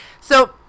So-